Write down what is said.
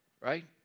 right